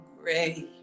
gray